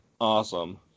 awesome